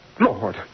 Lord